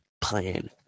plan